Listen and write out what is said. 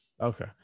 okay